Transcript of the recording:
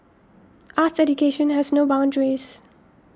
arts education has no boundaries